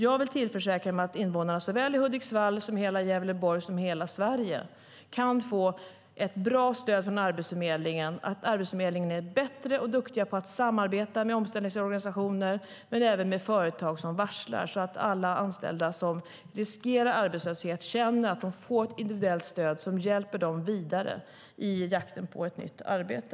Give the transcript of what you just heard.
Jag vill tillförsäkra att invånarna i Hudiksvall såväl som i hela Gävleborg och Sverige kan få ett bra stöd från Arbetsförmedlingen och att Arbetsförmedlingen är duktig på att samarbeta med omställningsorganisationer och även med företag som varslar så att alla anställda som riskerar arbetslöshet känner att de får ett individuellt stöd som hjälper dem vidare i jakten på ett nytt arbete.